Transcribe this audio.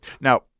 Now